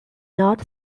not